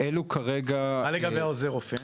מה לגבי עוזר רופא?